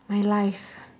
my life